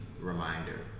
reminder